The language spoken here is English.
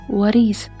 worries